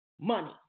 money